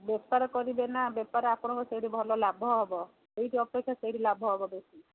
ବେପାର କରିବେ ନା ବେପାର ଆପଣଙ୍କ ସେଇଠି ଭଲ ଲାଭ ହେବ ଏଇଠି ଅପେକ୍ଷା ସେଇଠି ଲାଭ ହେବ ବେଶି